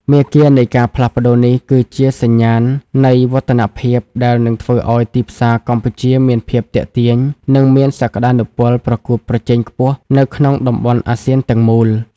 មាគ៌ានៃការផ្លាស់ប្តូរនេះ គឺជាសញ្ញាណនៃវឌ្ឍនភាពដែលនឹងធ្វើឱ្យទីផ្សារកម្ពុជាមានភាពទាក់ទាញ និងមានសក្ដានុពលប្រកួតប្រជែងខ្ពស់នៅក្នុងតំបន់អាស៊ានទាំងមូល។